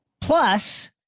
Plus –